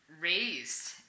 raised